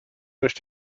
durch